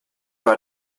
war